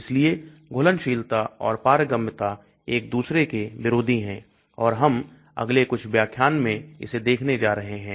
इसलिए घुलनशीलता और पारगम्यता एक दूसरे के विरोधी हैं और हम अगले कुछ व्याख्यान में इसे देखने जा रहे हैं